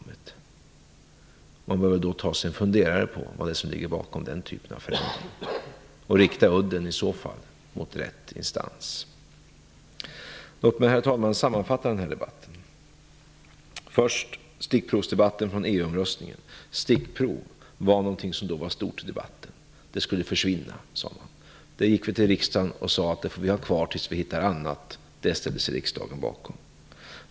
Man bör då ta sig en funderare på vad det är som ligger bakom den typen av förändringar. Udden skall i så fall riktas mot rätt instans. Herr talman! Låt mig sammanfatta den här debatten. Det fördes en debatt om stickprov i samband med EU-omröstningen. Stickprov debatterades mycket. Man sade att stickprov skulle försvinna. Vi gick till riksdagen och sade att vi vill ha kvar stickproven tills vi hittar en annan metod. Det ställde sig riksdagen bakom.